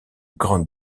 grande